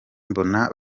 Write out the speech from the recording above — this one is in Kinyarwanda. mbona